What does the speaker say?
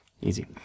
Easy